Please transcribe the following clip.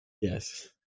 Yes